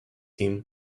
him